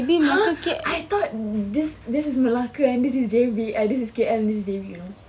!huh! I thought this this is melaka and this is J_B and this is K_L this is J_B you know